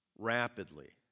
Rapidly